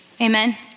Amen